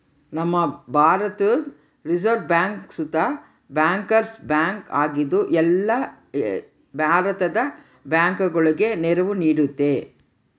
ನಮ್ಮ ಭಾರತುದ್ reserve bank ಸುತ ಬ್ಯಾಂಕರ್ಸ್ ಬ್ಯಾಂಕ್ ಆಗಿದ್ದು, ಇದು ಎಲ್ಲ ಭಾರತದ ಬ್ಯಾಂಕುಗುಳಗೆ ನೆರವು ನೀಡ್ತತೆ